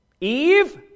Eve